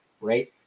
right